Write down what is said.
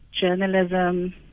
journalism